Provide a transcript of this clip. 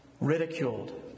ridiculed